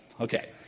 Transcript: Okay